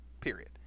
period